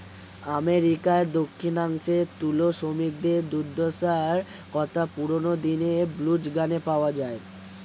আমেরিকার দক্ষিণাংশে তুলো শ্রমিকদের দুর্দশার কথা পুরোনো দিনের ব্লুজ গানে পাওয়া যায়